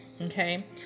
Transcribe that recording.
Okay